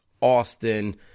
Austin